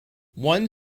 one